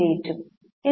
88 ഉം